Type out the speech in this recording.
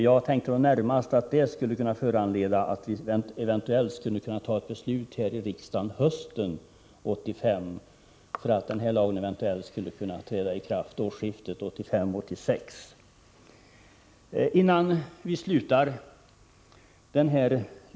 Jag tänkte att det skulle vara möjligt att fatta ett beslut här i riksdagen hösten 1985 för att lagen eventuellt skall kunna träda i kraft vid årsskiftet 1985-1986.